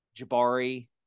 Jabari